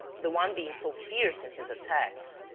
the one being so fierce in his attacks,